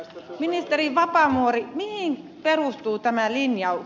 ministeri vapaavuori mihin perustuu tämä linjaus